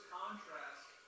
contrast